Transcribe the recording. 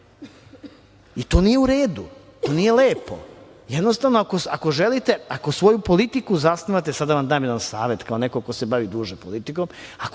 i to nije lepo, nije u redu. Jednostavno ako želite, ako svoju politiku zasnivate, sad da vam dam jedan savet kao neko ko se bavi duže politikom,